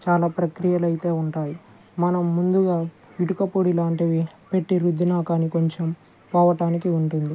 చాలా ప్రక్రియలు అయితే ఉంటాయి మనం ముందుగా ఇటుక పొడి లాంటివి పెట్టి రుద్దినా కానీ కొంచెం పోవటానికి ఉంటుంది